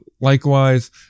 likewise